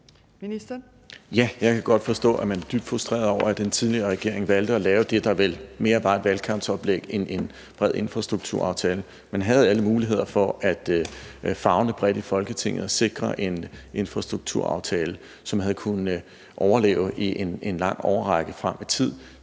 jeg kan godt forstå, at man er dybt frustreret over, at den tidligere regering valgte at lave det, der vel mere var et valgkampsoplæg end en bred infrastrukturaftale. Man havde alle muligheder for at favne bredt i Folketinget og sikre en infrastrukturaftale, som havde kunnet overleve i en lang årrække frem i tid.